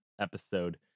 episode